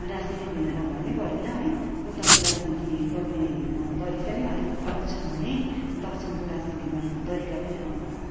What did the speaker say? राजनैतिक भिन्नता भन्नै परेन है उत्तरको राजनीति गर्ने तरिका नै अलिक अलग छन् भने दक्षिणको राजनीति गर्ने तरिका पनि